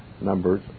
Numbers